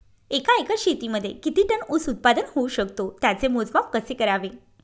एका एकर शेतीमध्ये किती टन ऊस उत्पादन होऊ शकतो? त्याचे मोजमाप कसे करावे?